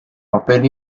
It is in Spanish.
papel